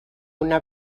una